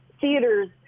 theaters